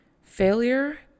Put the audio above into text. Failure